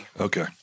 Okay